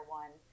one